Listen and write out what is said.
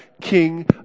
king